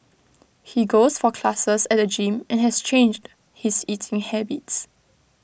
he goes for classes at the gym and has changed his eating habits